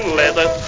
leather